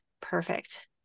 perfect